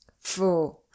Four